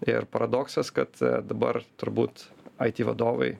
ir paradoksas kad dabar turbūt aiti vadovai